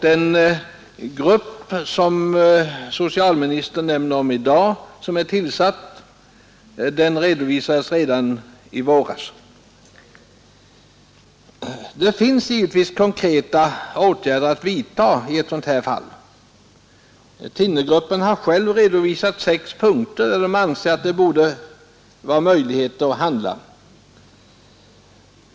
Den grupp som är tillsatt och som socialministern åberopar i dag nämndes redan i våras. Det finns konkreta åtgärder att vidta i sådana här fall. Thinnergruppen har redovisat sex punkter där det borde finnas möjligheter att handla.